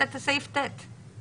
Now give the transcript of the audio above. כן, לשם מה את צריכה את סעיף (ט)?